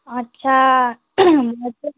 আচ্ছা